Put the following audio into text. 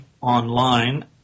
online